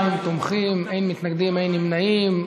22 תומכים, אין מתנגדים, אין נמנעים.